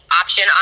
option